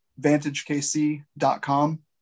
vantagekc.com